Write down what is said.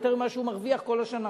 יותר ממה שהוא מרוויח כל השנה.